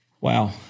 Wow